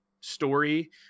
story